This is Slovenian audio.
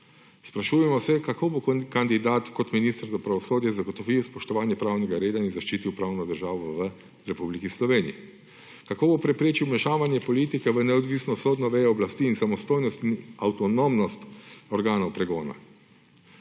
Sprašujemo se, kako bo kandidat kot minister za pravosodje zagotovil spoštovanje pravnega reda in zaščitil pravno državo v Republiki Sloveniji. Kako bo preprečil vmešavanje politike v neodvisno sodno vejo oblasti in samostojnost, avtonomnost organov pregona.